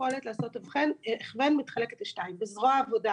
יכולת לעשות הכוון מתחלת לשניים: בזרוע עבודה